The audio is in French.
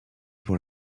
pour